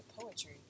poetry